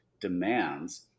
demands